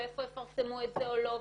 ואיפה יפרסמו את זה או לא.